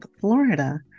Florida